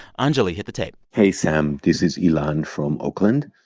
anjuli, hit the tape hey, sam. this is ilan from oakland.